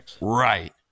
Right